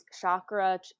chakra